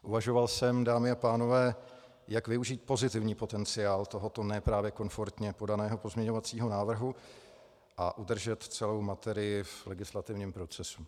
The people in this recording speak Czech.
Uvažoval jsem, dámy a pánové, jak využít pozitivní potenciál tohoto ne právě komfortně podaného pozměňovacího návrhu a udržet celou materii v legislativním procesu.